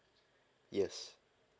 yes